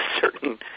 certain